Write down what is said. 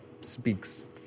speaks